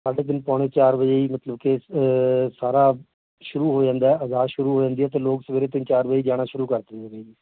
ਸਾਢੇ ਤਿੰਨ ਪੌਣੇ ਚਾਰ ਵਜੇ ਹੀ ਮਤਲਬ ਕਿ ਸਾਰਾ ਸ਼ੁਰੂ ਹੋ ਜਾਂਦਾ ਅਰਦਾਸ ਸ਼ੁਰੂ ਹੋ ਜਾਂਦੀ ਹੈ ਅਤੇ ਲੋਕ ਸਵੇਰੇ ਤਿੰਨ ਚਾਰ ਵਜੇ ਜਾਣਾ ਸ਼ੁਰੂ ਕਰ ਦਿੰਦੇ ਨੇ ਜੀ